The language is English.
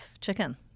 chicken